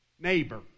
neighbor